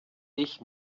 ich